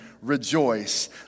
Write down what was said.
rejoice